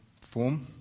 form